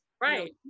Right